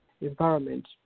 environment